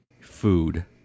food